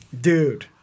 Dude